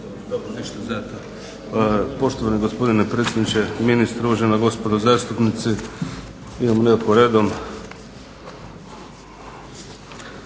Damir (Nezavisni)** Poštovani gospodine predsjedniče, ministre, uvažena gospodo zastupnici. Idem lijepo redom.